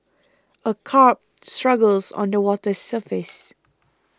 a carp struggles on the water's surface